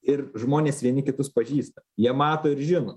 ir žmonės vieni kitus pažįsta jie mato ir žino